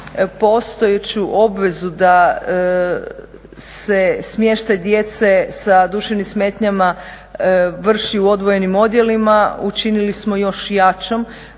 Postojeću obvezu da se smještaj djece sa duševnim smetnjama vrši u odvojenim odjelima, učinili smo još jačom